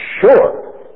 sure